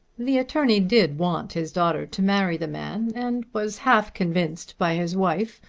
the attorney did want his daughter to marry the man and was half convinced by his wife.